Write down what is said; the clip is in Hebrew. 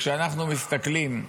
כשאנחנו מסתכלים,